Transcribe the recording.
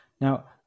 now